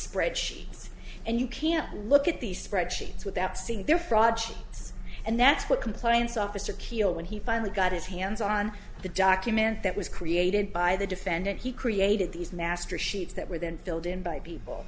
spreadsheets and you can't look at these spreadsheets without seeing their fraud and that's what compliance officer keil when he finally got his hands on the document that was created by the defendant he created these master sheets that were then filled in by people